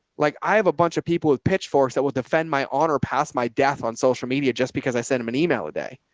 like, i have a bunch of people with pitchforks that will defend my honor past my death on social media, just because i send them an email a day.